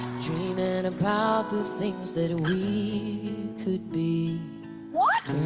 dreaming ah and about the things that we could be what!